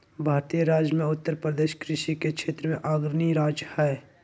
भारतीय राज्य मे उत्तरप्रदेश कृषि के क्षेत्र मे अग्रणी राज्य हय